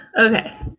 Okay